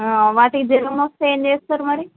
వాటికి జ్వరం వస్తే ఏం చేస్తారు మరి